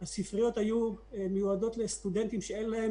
הספריות היו מיועדות לסטודנטים שאין להם